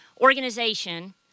organization